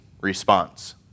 response